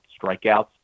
strikeouts